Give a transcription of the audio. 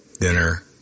dinner